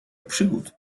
przygód